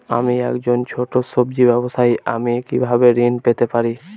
আমি একজন ছোট সব্জি ব্যবসায়ী আমি কিভাবে ঋণ পেতে পারি?